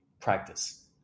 practice